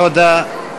תודה.